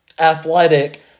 athletic